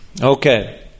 Okay